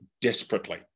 desperately